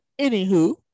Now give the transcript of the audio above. anywho